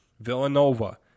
Villanova